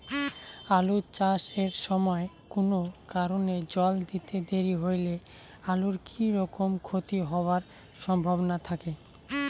আলু চাষ এর সময় কুনো কারণে জল দিতে দেরি হইলে আলুর কি রকম ক্ষতি হবার সম্ভবনা থাকে?